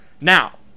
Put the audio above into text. now